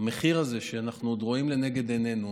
את המחיר הזה אנחנו עוד רואים לנגד עינינו,